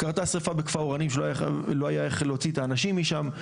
קרתה שריפה בכפר אורנים שלא היה איך להוציא את האנשים משם,